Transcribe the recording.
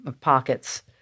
pockets